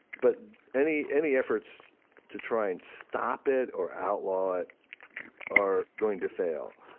but any any efforts to try and stop it or outlaw it are going to fail,